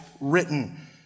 written